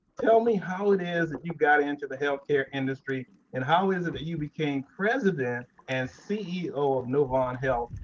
tell me how it is that you got into the healthcare industry and how is it that you became president and ceo of novant health.